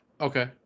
okay